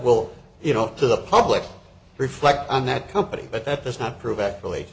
will you know to the public reflect on that company but that does not prove actually